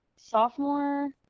sophomore